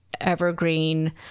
evergreen